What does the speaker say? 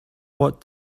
what